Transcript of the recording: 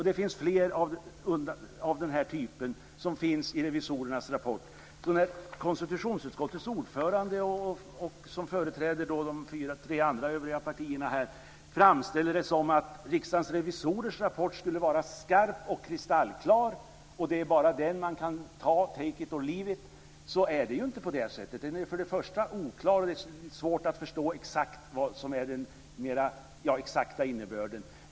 Det finns fler av den typen i revisorernas rapport. Konstitutionsutskottets ordförande, som företräder de tre övriga partierna här, framställer det som att Riksdagens revisorers rapport skulle vara skarp och kristallklar och att det bara är den som man kan ta - take it or leave it. Men det är ju inte på det sättet! För det första är rapporten oklar, och det är svårt att förstå vad som är den exakta innebörden.